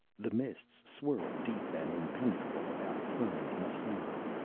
the mists swirled deep and impenetrable about fernd massan.